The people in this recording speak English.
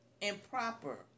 improper